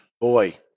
Boy